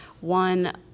One